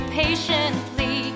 patiently